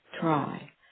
try